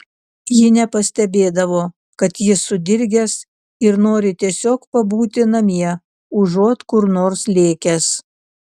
ji nepastebėdavo kad jis sudirgęs ir nori tiesiog pabūti namie užuot kur nors lėkęs